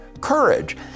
courage